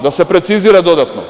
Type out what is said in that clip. Da se precizira dodatno?